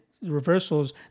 reversals